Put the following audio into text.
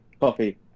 Coffee